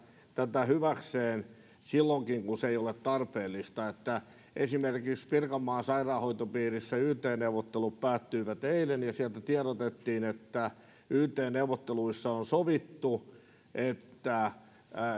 tätä hyväkseen silloinkin kun se ei ole tarpeellista esimerkiksi pirkanmaan sairaanhoitopiirissä yt neuvottelut päättyivät eilen ja sieltä tiedotettiin että yt neuvotteluissa on sovittu että